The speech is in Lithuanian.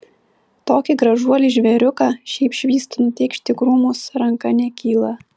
tokį gražuolį žvėriuką šiaip švyst nutėkšti į krūmus ranka nekyla